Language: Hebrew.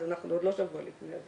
אז אנחנו עוד לא שבוע לפני.